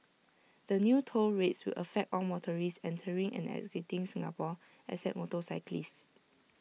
the new toll rates will affect all motorists entering and exiting Singapore except motorcyclists